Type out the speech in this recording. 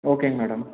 ஓகேங்க மேடம்